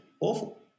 awful